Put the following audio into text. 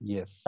Yes